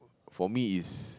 for me is